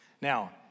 Now